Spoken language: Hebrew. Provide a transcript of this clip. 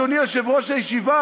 אדוני יושב-ראש הישיבה,